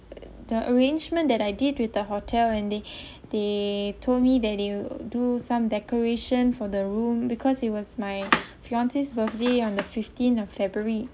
the arrangement that I did with the hotel and they they told me that they'll you do some decoration for the room because it was my fiance's birthday on the fifteen of february